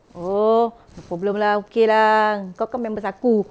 oh no problem lah okay lah kau kan members aku